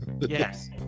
Yes